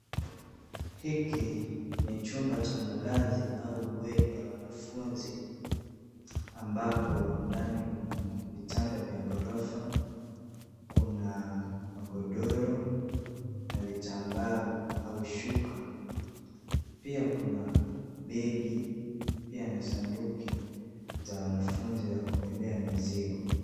Hiki ni chumba cha malazi au bweni la wanafunzi ambapo ndani kuna vitanda vya ghrorofa, kuna magodoro na vitambaa au shuka. Pia kuna begi pia na sanduku za wanafunzi za kubebea mizigo.